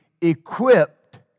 equipped